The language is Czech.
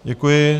Děkuji.